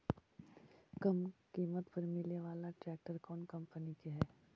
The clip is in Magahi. कम किमत पर मिले बाला ट्रैक्टर कौन कंपनी के है?